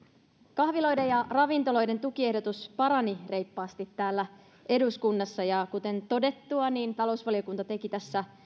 kahviloiden ja ravintoloiden tukiehdotus parani reippaasti täällä eduskunnassa ja kuten todettua talousvaliokunta teki tässä